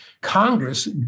Congress